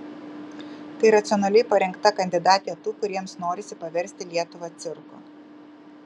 tai racionaliai parinkta kandidatė tų kuriems norisi paversti lietuvą cirku